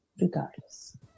regardless